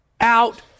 out